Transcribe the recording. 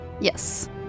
Yes